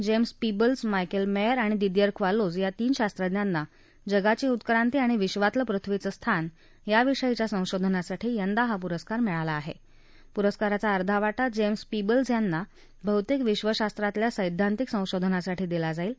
जस्ति Peebles Michel मध्ति आणि Didier Queloz या तीन शास्त्रज्ञाना जगाची उत्क्रांती आणि विधातलं पृथ्वीचं स्थान याविषयीच्या संशोधनासाठी यंदा हा पुरस्कार मिळाला आह पुरस्काराचा अर्धा वाटा जस्ति पीबल्स यांना भौतिक विश्व शास्त्रातल्या सद्धीतिक संशोधानासाठी दिला जाईल